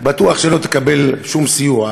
אתה יודע מה,